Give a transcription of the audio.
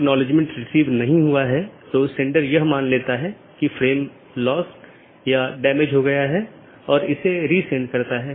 AS number जो network के माध्यम से मार्ग का वर्णन करता है एक BGP पड़ोसी अपने साथियों को पाथ के बारे में बताता है